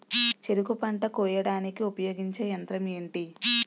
చెరుకు పంట కోయడానికి ఉపయోగించే యంత్రం ఎంటి?